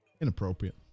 inappropriate